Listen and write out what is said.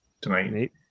tonight